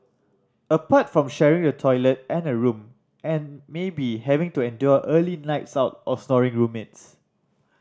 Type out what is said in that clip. apart from sharing the toilet and a room and maybe having to endure early lights out or snoring roommates